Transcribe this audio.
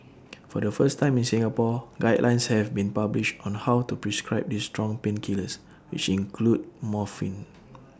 for the first time in Singapore guidelines have been published on how to prescribe these strong painkillers which include morphine